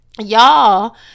Y'all